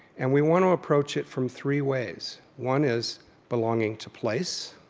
and we want to approach it from three ways. one is belonging to place